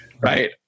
Right